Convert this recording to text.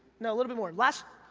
no, a little bit more, last,